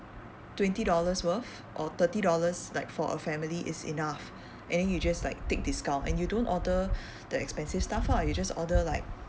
twenty dollars worth or thirty dollars like for a family is enough and then you just like take discount and you don't order the expensive stuff ah you just order like